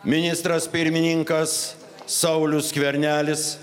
ministras pirmininkas saulius skvernelis